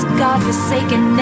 godforsaken